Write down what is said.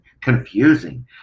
confusing